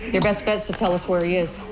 you are best best to tell us where he is.